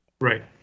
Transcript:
Right